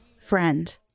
friend